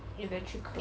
electrical